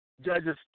Judges